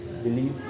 believe